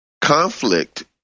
Conflict